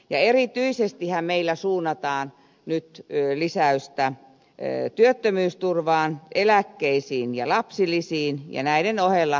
erityisestihän meillä suunnataan nyt lisäystä työttömyysturvaan eläkkeisiin ja lapsilisiin ja näiden ohella sairausvakuutukseen